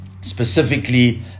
specifically